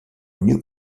new